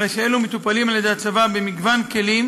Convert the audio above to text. הרי שאלו מטופלים על-ידי הצבא במגוון כלים